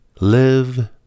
Live